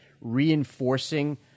reinforcing